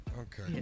Okay